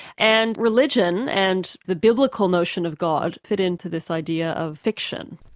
and religion, and the biblical notion of god, fit in to this idea of fiction.